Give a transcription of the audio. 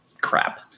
crap